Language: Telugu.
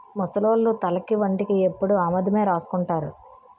ముసలోళ్లు తలకు ఒంటికి ఎప్పుడు ఆముదమే రాసుకుంటారు